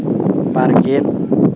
ᱵᱟᱨ ᱜᱮᱞ